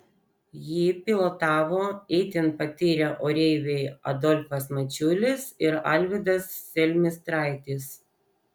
jį pilotavo itin patyrę oreiviai adolfas mačiulis ir alvydas selmistraitis